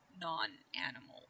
non-animal